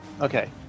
Okay